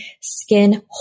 skin